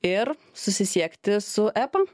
ir susisiekti su epa